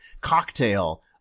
cocktail